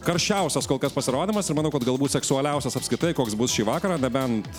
karščiausias kol kas pasirodymas ir manau kad galbūt seksualiausias apskritai koks bus šį vakarą nebent